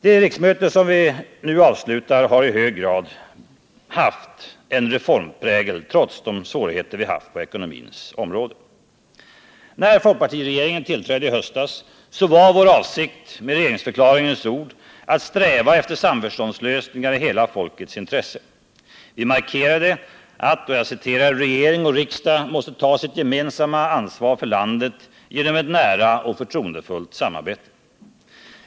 Det riksmöte som vi nu avslutar har i hög grad haft en reformprägel, trots svårigheterna på det ekonomiska området. När folkpartiregeringen tillträdde i höstas var vår avsikt, som det stod i regeringsförklaringen, att ”sträva efter samförståndslösningar i hela folkets intresse”. Vi markerade att ”regering och riksdag måste ta sitt gemensamma ansvar för landet, genom ett nära och förtroendefullt samarbete”.